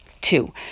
two